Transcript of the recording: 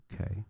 Okay